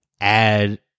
add